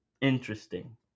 Interesting